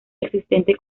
existente